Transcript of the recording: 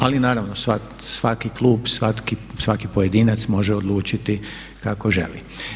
Ali naravno svaki klub, svaki pojedinac može odlučiti kako želi.